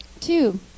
Two